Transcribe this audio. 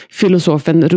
filosofen